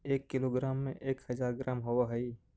एक किलोग्राम में एक हज़ार ग्राम होव हई